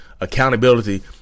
Accountability